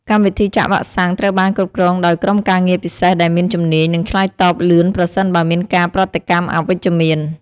កម្មវិធីចាក់វ៉ាក់សាំងត្រូវបានគ្រប់គ្រងដោយក្រុមការងារពិសេសដែលមានជំនាញ និងឆ្លើយតបលឿនប្រសិនបើមានការប្រតិកម្មអវិជ្ជមាន។